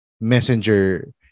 messenger